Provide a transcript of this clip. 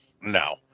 no